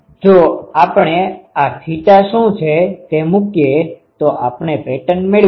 જો આપણે આ થીટાθ શું છે તે મુકીએ તો આપણે પેટર્ન મેળવીશું